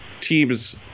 teams